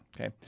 Okay